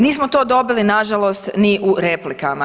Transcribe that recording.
Nismo to dobili nažalost ni u replikama.